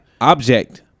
object